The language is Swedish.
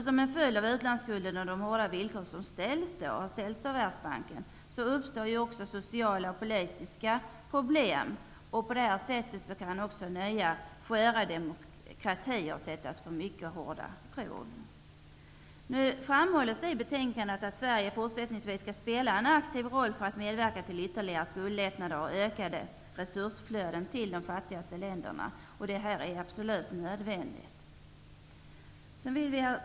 Som en följd av utlandsskulden och de hårda villkor som ställs av Världsbanken uppstår också sociala och politiska problem. Därmed sätts de nya, sköra demokratierna på mycket hårda prov. I betänkandet framhålls att Sverige fortsättningsvis skall spela en aktiv roll för att medverka till ytterligare skuldlättnader och ökade resursflöden till de fattigaste länderna. Detta är absolut nödvändigt. Herr talman!